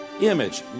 image